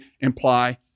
imply